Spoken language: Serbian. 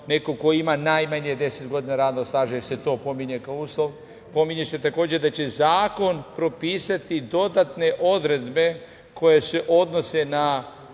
neko ko ima najmanje 10 godina radnog staža, jer se to pominje kao uslov. Pominje se takođe, da će zakon propisati dodatne odredbe koje se odnose na